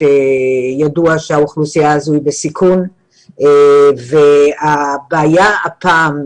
ידוע שהאוכלוסייה הזו היא בסיכון והבעיה הפעם,